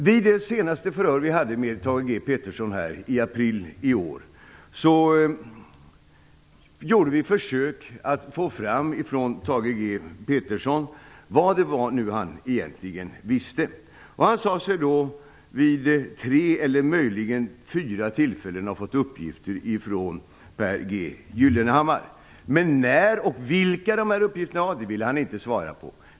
Vid det senaste förhöret vi hade med Thage G Peterson i april i år gjorde vi försök att få fram från Thage G Peterson vad det nu var han egentligen visste. Han sade sig då vid tre eller möjligen fyra tillfällen ha fått uppgifter från Pehr G. Gyllenhammar. Men när och vilka de här uppgifterna var ville han inte svara på.